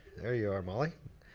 there you are molly.